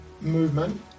movement